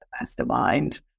mastermind